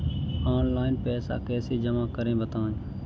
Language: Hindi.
ऑनलाइन पैसा कैसे जमा करें बताएँ?